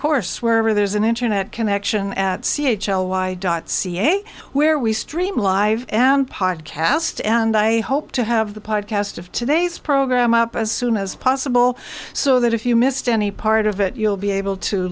course wherever there's an internet connection at c h l y dot ca where we stream live and podcast and i hope to have the podcast of today's program up as soon as possible so that if you missed any part of it you'll be able to